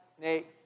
Nate